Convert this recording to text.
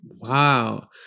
Wow